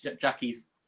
jackie's